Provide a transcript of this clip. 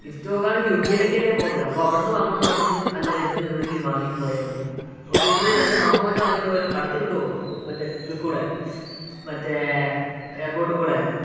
gift നോക്കുവാണേൽ U കേയിലേക്ക് അല്ലേ പോകുന്നത് അപ്പം അവിടുന്ന് വാങ്ങണോ നമുക്ക് അല്ല ഇവിടുന്ന് എവിടെ നിന്നെങ്കിലും വാങ്ങിയിട്ട് പോയാൽ മതിയോ നമുക്കിവിട്ന്ന് രണ്ട് റമ്മോ മറ്റോ വാങ്ങിയിട്ട് പോയാലോ കടത്തി വിടുവോ മറ്റേ ഇതിൽകൂടെ മറ്റേ എയർപ്പോട്ടിൽ കൂടെ